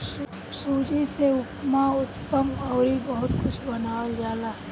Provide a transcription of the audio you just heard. सूजी से उपमा, उत्तपम अउरी बहुते कुछ बनावल जाला